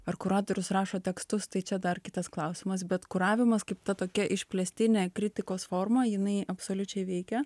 ar kuratorius rašo tekstus tai čia dar kitas klausimas bet kuravimas kaip ta tokia išplėstinė kritikos forma jinai absoliučiai veikia